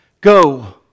go